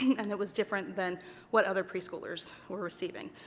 and it was different than what other preschoolers were receiving.